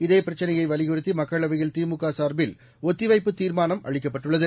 இதே பிரச்சினையை வலியுறுத்தி மக்களவையில் திமுக சார்பில் ஒத்தி வைப்புத் தீர்மானம் அளிக்கப்பட்டுள்ளது